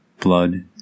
blood